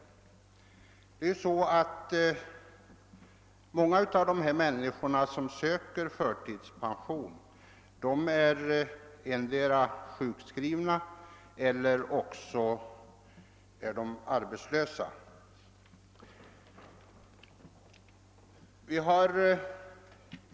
Många av de människor som söker förtidspension är endera sjukskrivna eller arbetslösa.